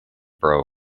burrow